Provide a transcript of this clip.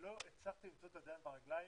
לא הצלחתי למצוא את הידיים והרגליים,